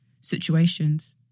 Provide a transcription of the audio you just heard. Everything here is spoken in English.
situations